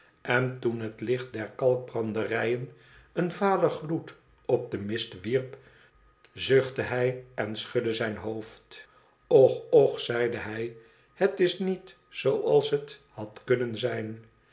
en toen het licht der kalkbranderijen een valen gloed op den mist wierp zuchtte hij ea schudde zijn hoofd och och zeide hij het is niet zooals het had kunnen zijn